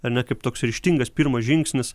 ar ne kaip toks ryžtingas pirmas žingsnis